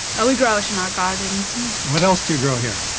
oh, we grow it in our gardens. what else do you grow here?